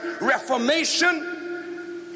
reformation